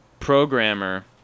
programmer